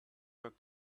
work